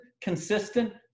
consistent